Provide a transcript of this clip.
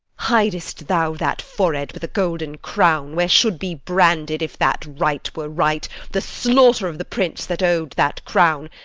hidest thou that forehead with a golden crown, where should be branded, if that right were right, the slaughter of the prince that ow'd that crown,